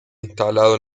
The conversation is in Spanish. instalado